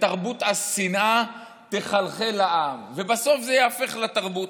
ותרבות השנאה תחלחל לעם ובסוף זה ייהפך לתרבות.